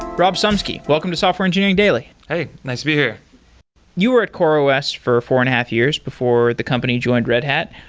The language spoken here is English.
rob szumski, welcome to software engineering daily hey, nice to be here you were at coreos for four and a half years before the company joined red hat.